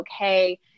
okay